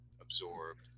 absorbed